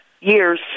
years